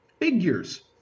figures